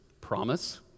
Promise